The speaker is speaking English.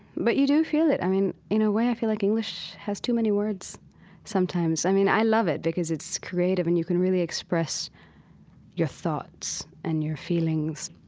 but you do feel it. i mean, in a way i feel like english has too many words sometimes. i mean, i love it, because it's creative and you can really express your thoughts and your feelings,